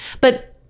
But-